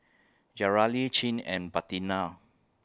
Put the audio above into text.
Yareli Chin and Bettina